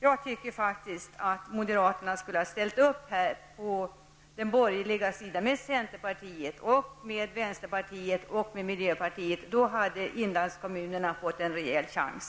Jag tycker faktiskt att moderaterna skulle ha ställt upp på den borgerliga sidan tillsammans med vänsterpartiet och miljöpartiet -- då hade inlandskommunerna fått en rejäl chans.